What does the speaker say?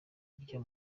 ryo